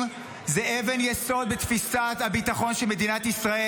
זה אבן יסוד בתפיסת הביטחון של מדינת ישראל.